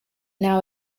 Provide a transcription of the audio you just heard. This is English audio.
now